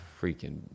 Freaking